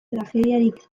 tragediarik